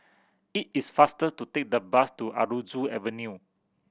it is faster to take the bus to Aroozoo Avenue